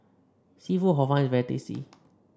seafood Hor Fun is very tasty